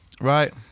Right